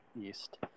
East